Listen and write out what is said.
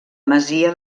masia